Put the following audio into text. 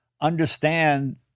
understand